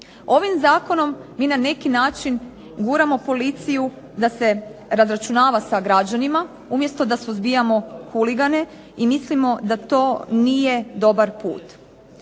Ovim zakonom mi na neki način guramo policiju da se razračunava sa građanima umjesto da suzbijamo huligane i mislimo da to nije dobar put.